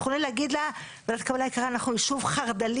יכולים להגיד לה ועדת קבלה יקרה אנחנו יישוב חרד"לי,